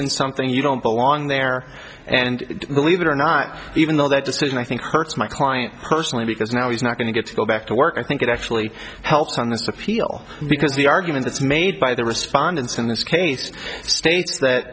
in something you don't belong there and believe it or not even though that decision i think hurts my client personally because now he's not going to get to go back to work i think it actually helps on this appeal because the arguments made by the respondents in this case states that